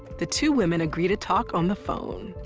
the two women agree to talk on the phone.